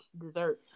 dessert